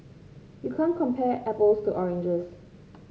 you can't compare apples to oranges